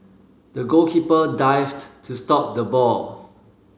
the goalkeeper dived to stop the ball